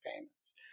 payments